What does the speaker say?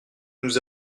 nous